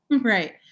right